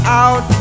out